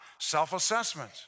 self-assessment